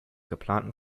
geplanten